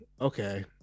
okay